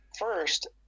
First